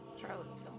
Charlottesville